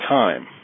time